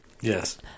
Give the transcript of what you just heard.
Yes